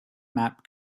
map